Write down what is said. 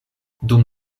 dum